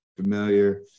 familiar